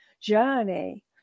journey